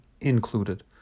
included